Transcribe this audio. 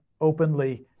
openly